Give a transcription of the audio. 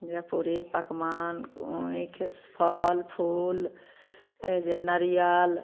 ओहे पूरी पकवान ऊँखि फल फूल ए जे नरियल